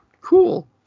Cool